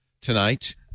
tonight